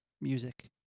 music